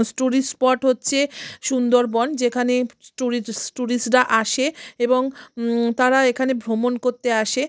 tourist spot হচ্ছে সুন্দরবন যেখানে স্টুরিজ ট্যুরিস্টরা আসে এবং তারা এখানে ভ্রমণ করতে আসে